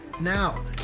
now